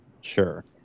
sure